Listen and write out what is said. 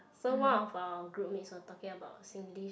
so one of our group mates was talking about Singlish